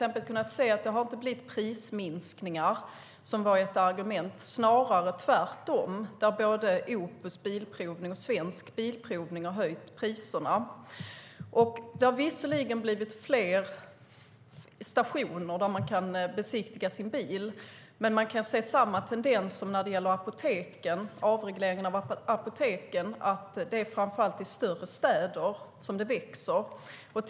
Det har inte blivit prissänkningar, som var ett argument, snarare tvärtom. Både Opus Bilprovning och Svensk Bilprovning har höjt priserna. Visserligen har det blivit fler stationer där man kan besiktiga sin bil, men tendensen är densamma som vid avregleringen av apoteken. Det är framför allt i större städer som antalet växer.